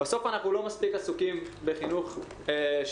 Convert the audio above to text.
בסוף אנחנו לא מספיק עסוקים בחינוך שוויוני,